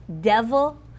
devil